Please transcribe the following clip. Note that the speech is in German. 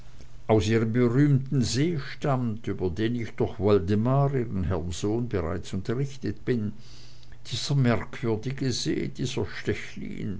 aus ihrem berühmten see stammt über den ich durch woldemar ihren herrn sohn bereits unterrichtet bin dieser merkwürdige see dieser